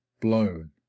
blown